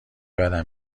بدم